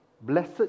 Blessed